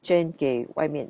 捐给外面